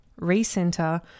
recenter